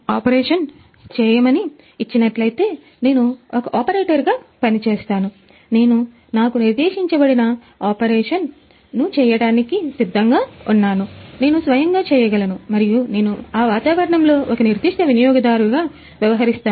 ఆపరేటర్వ్యవహరిస్తాను